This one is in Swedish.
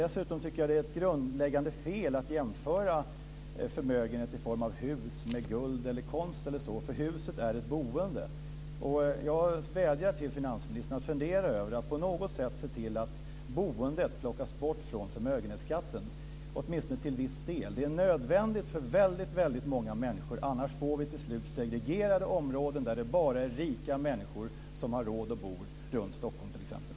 Dessutom tycker jag att det är ett grundläggande fel att jämföra förmögenhet i form av hus med guld eller konst. Huset innebär ett boende. Jag vädjar till finansministern att fundera över att på något sätt se till att boendet plockar bort från förmögenhetsskatten, åtminstone till viss del. Det är nödvändigt för väldigt många människor. Annars får vi till slut segregerade områden där bara rika människor har råd att bo, t.ex. runt Stockholm.